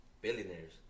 billionaires